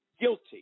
guilty